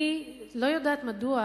אני לא יודעת מדוע,